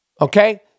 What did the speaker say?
Okay